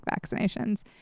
vaccinations